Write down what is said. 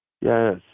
Yes